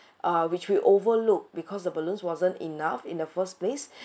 uh which we overlook because the balloons wasn't enough in the first place